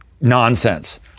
nonsense